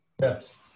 Yes